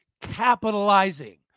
capitalizing